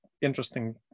interesting